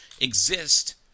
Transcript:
exist